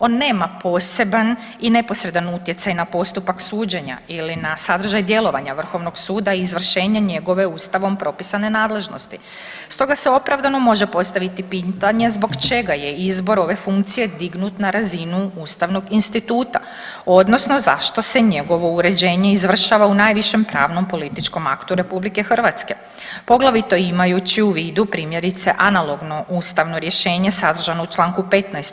On nema poseban i neposredan utjecaj na postupak suđenja ili na sadržaj djelovanja Vrhovnog suda i izvršenje njegove Ustavom propisane nadležnosti, stoga se opravdano može postaviti pitanje zbog čega je izbor ove funkcije dignut na razinu ustavnog instituta, odnosno zašto se njegovo uređenje izvršava u najvišem pravnom političkom aktu Republike Hrvatske poglavito imajući u vidu primjerice analogno ustanovo rješenje sadržano u članku 15.